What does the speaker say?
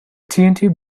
tnt